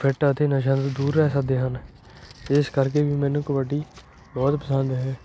fit ਅਤੇ ਨਸ਼ਿਆਂ ਤੋਂ ਦੂਰ ਰਹਿ ਸਕਦੇ ਹਨ ਇਸ ਕਰਕੇ ਵੀ ਮੈਨੂੰ ਕਬੱਡੀ ਬਹੁਤ ਪਸੰਦ ਹੈ